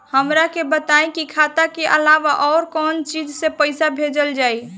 हमरा के बताई की खाता के अलावा और कौन चीज से पइसा भेजल जाई?